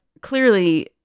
clearly